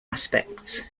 aspects